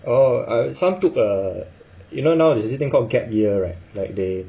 oh uh some took err you know now there's this thing called gap year right like they